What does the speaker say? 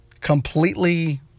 completely